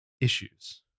issues